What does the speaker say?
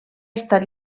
estat